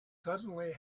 suddenly